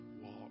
walk